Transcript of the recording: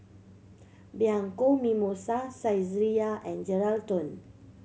Bianco Mimosa Saizeriya and Geraldton